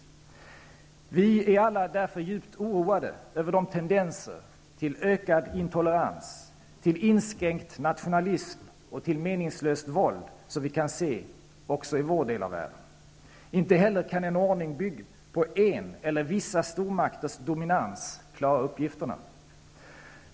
Vi är alla därför djupt oroade över de tendenser till ökad intolerans, till inskränkt nationalism och till meningslöst våld som vi kan se, också i vår del av världen. Inte heller kan en ordning byggd på en stormakts eller på vissa stormakters dominans klara uppgifterna.